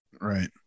right